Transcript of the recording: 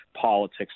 politics